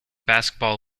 basketball